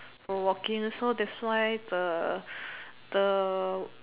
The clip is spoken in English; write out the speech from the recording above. for working so that's why the the